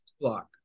block